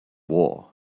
war